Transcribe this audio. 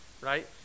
right